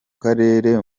karere